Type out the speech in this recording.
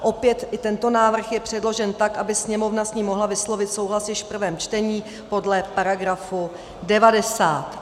Opět i tento návrh je předložen tak, aby s ním Sněmovna mohla vyslovit souhlas již v prvém čtení podle § 90.